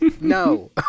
no